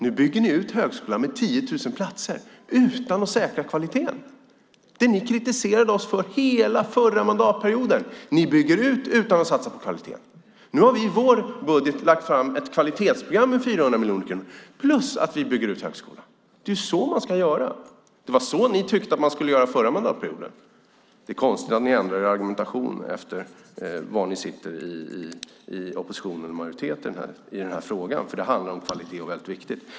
Nu bygger ni ut högskolan med 10 000 platser utan att säkra kvaliteten, det ni kritiserade oss för under hela förra mandatperioden. Ni bygger ut utan att satsa på kvaliteten. Vi har i vår budget lagt fram ett kvalitetsprogram med 400 miljoner kronor plus att vi bygger ut högskolan. Det är så man ska göra, det var så ni tyckte att man skulle göra under förra mandatperioden. Det är konstigt att ni ändrar er argumentation efter om ni sitter i opposition eller i majoritet. Det handlar om kvalitet, som är viktig.